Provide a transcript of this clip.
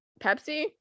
Pepsi